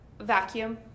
vacuum